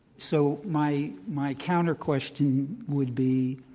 so my my counter question would be,